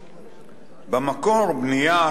במקור: בנייה,